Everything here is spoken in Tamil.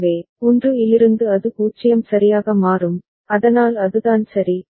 எனவே 1 இலிருந்து அது 0 சரியாக மாறும் அதனால் அதுதான் சரி